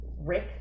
Rick